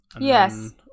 Yes